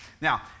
Now